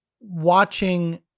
watching